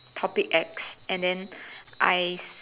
topic X and then I